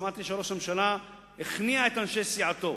שמעתי שראש הממשלה הכניע את אנשי סיעתו,